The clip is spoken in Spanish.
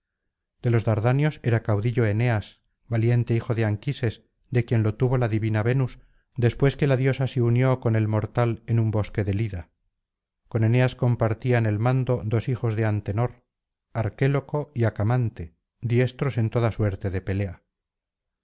de los dardanios era caudillo eneas valiente hijo de anquises de quien lo tuvo la divina venus después que la diosa se unió con el mortal en un bosque del ida con eneas compartían el mando dos hijos de antenor arquéloco y acamante diestros en toda suerte de pelea